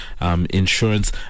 Insurance